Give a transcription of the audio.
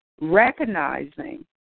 recognizing